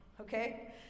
Okay